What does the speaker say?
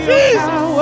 Jesus